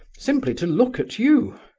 simply to look at you.